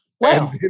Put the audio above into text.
Wow